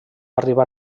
arribar